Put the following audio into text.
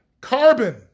carbon